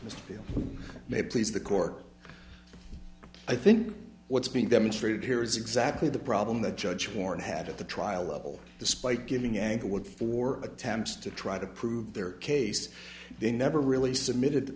feel may please the court i think what's being demonstrated here is exactly the problem that judge horn had at the trial level despite giving angle would four attempts to try to prove their case they never really submitted